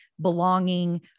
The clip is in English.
belonging